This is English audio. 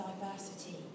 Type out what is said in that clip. diversity